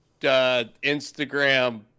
instagram